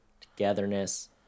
togetherness